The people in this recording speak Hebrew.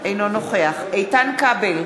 אינו נוכח איתן כבל,